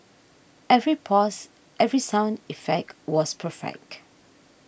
every pause every sound effect was perfect